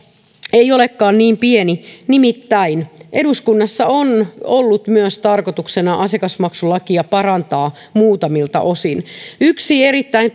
ei olekaan niin pieni niin eduskunnassa on ollut tarkoituksena myös asiakasmaksulakia parantaa muutamilta osin yksi erittäin